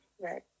Right